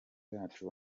bacu